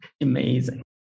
amazing